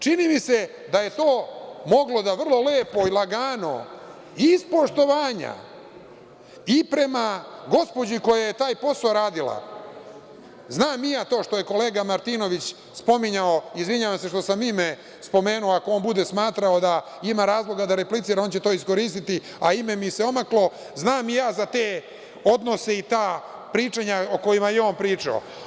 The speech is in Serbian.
Čini mi se da je to moglo da vrlo lepo i lagano, iz poštovanja i prema gospođi koja je taj posao radila, znam i ja to što je kolega Martinović spominjao, izvinjavam se što sam ime spomenuo, ako on bude smatrao da ima razloga da replicira on će to iskoristiti, a ime mi se omaklo, znam i ja za te odnose i ta pričanja o kojima je i on pričao.